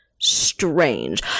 strange